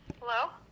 Hello